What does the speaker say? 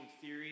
theory